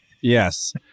Yes